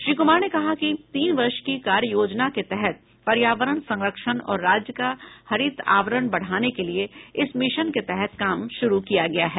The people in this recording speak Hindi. श्री कुमार ने कहा कि तीन वर्ष की कार्ययोजना के तहत पर्यावरण संरक्षण और राज्य का हरित आवरण बढाने के लिए इस मिशन के तहत काम शुरु किया गया है